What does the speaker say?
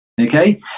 Okay